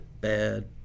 bad